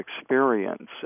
experience